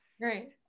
right